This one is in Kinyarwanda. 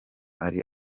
ari